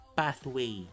pathway